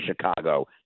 Chicago